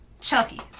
Chucky